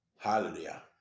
Hallelujah